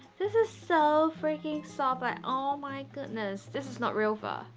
this is so freakin, soft. but oh my goodness this is not real fur.